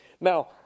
Now